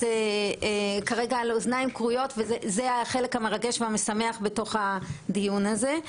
כרגע לאוזניים כרויות וזה החלק המרגש והמשמח בתוך הדיון הזה,